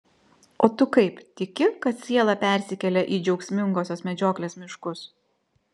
o tu kaip tiki kad siela persikelia į džiaugsmingosios medžioklės miškus